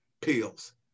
pills